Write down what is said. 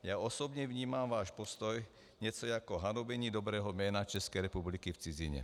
Já osobně vnímám váš postoj něco jako hanobení dobrého jména České republiky v cizině.